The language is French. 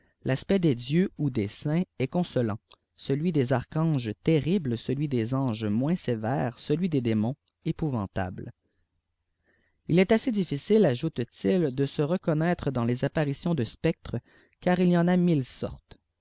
l'aspect des dieux ou des saints est cdhsplânt celui des archanges terrible celui des anges moins sétère celui des démons épôutanle il est assez difficile ajoute de se reconnaître dans les apparitions de spectres car il y en a de mille sortes